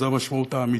זו המשמעות האמיתית,